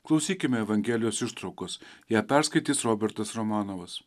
klausykime evangelijos ištraukos ją perskaitys robertas romanovas